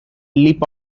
leap